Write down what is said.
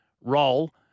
role